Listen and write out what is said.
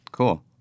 Cool